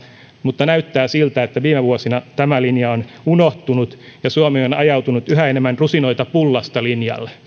mutta näyttää siltä että viime vuosina tämä linja on unohtunut ja suomi on ajautunut yhä enemmän rusinoita pullasta linjalle